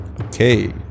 Okay